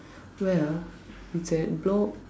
where ah it's at block